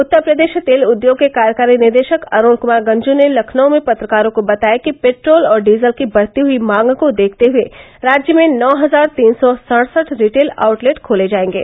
उत्तर प्रदेश तेल उद्योग के कार्यकारी निदेशक अरूण कुमार गंजू ने लखनऊ में पत्रकारों को बताया कि पेट्रोल और डीजल की बढ़ती हुई मांग को देखते हुए राज्य में नौ हजार तीन सौ सड़सठ रिटेल आउटलेट खोले जायेंगे